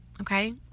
Okay